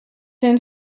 soon